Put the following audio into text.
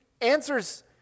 answers